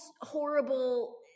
horrible